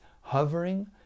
hovering